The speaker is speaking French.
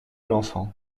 l’enfant